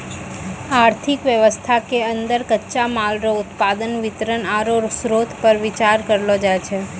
आर्थिक वेवस्था के अन्दर कच्चा माल रो उत्पादन वितरण आरु श्रोतपर बिचार करलो जाय छै